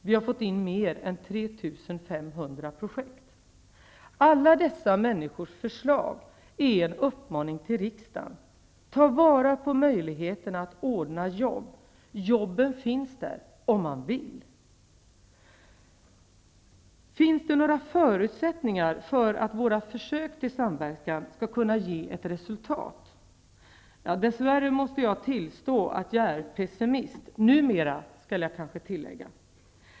Vi har fått in mer än 3 500 Alla dessa människors förslag är en uppmaning till riksdagen: Ta vara på möjligheterna att ordna jobb! Jobben finns där om man vill. Finns det några förutsättningar för att våra försök till samverkan skall ge resultat? Dessvärre måste jag tillstå att jag är pessimist -- numera, skall jag kanske tillägga.